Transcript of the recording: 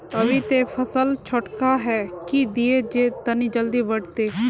अभी ते फसल छोटका है की दिये जे तने जल्दी बढ़ते?